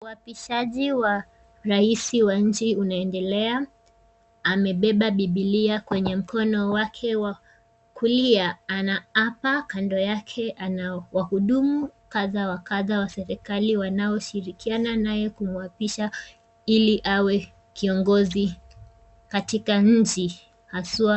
Uapishaji wa rais unaendelea. Amebeba Bibilia kwenye mkono wake wa kulia. Anaapa, kando yake kuna wahudumu kadha wa kadha wanaoshirikiana naye kumuapisha ili awe kiongozi katika nchi.